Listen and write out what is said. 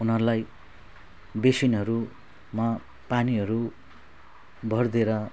उनीहरूलाई बेसिनहरूमा पानीहरू भरिदिएर